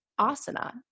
asana